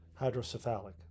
hydrocephalic